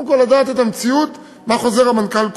קודם כול לדעת את המציאות, מה חוזר המנכ"ל קובע.